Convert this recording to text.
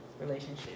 relationship